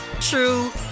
true